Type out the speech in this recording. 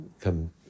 come